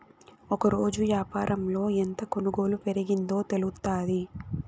ఒకరోజు యాపారంలో ఎంత కొనుగోలు పెరిగిందో తెలుత్తాది